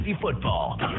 football